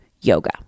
YOGA